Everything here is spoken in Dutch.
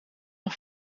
nog